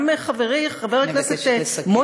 גם חברי חבר הכנסת, אני מבקשת לסיים.